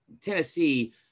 Tennessee